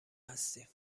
هستیم